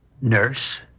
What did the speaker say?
Nurse